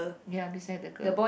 ya beside the girl